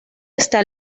esta